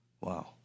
Wow